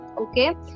okay